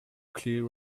clear